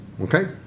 Okay